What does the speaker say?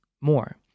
more